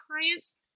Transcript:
clients